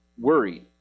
worried